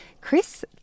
Chris